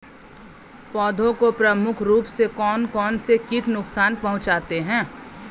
पौधों को प्रमुख रूप से कौन कौन से कीट नुकसान पहुंचाते हैं?